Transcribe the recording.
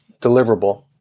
deliverable